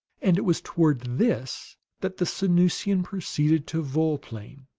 and it was toward this that the sanusian proceeded to volplane,